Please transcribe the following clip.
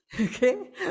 okay